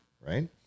right